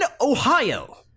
Ohio